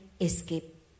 escape